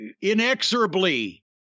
inexorably